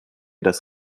das